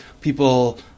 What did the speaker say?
people